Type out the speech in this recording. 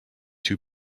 two